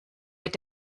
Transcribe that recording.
mit